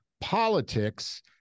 politics